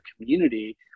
community